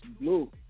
Blue